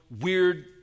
weird